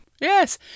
Yes